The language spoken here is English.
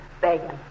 begging